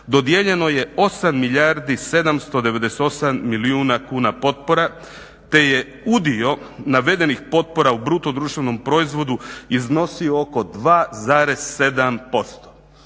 Dodijeljeno je 8 milijardi 798 milijuna kuna potpora, te je udio navedenih potpora u bruto društvenom proizvodu iznosio oko 2,7%.